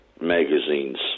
magazines